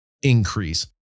increase